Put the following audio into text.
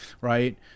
Right